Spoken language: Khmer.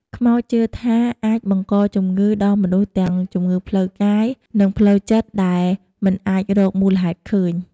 ខ្មោចជឿថាអាចបង្កជំងឺដល់មនុស្សទាំងជំងឺផ្លូវកាយ និងផ្លូវចិត្តដែលមិនអាចរកមូលហេតុឃើញ។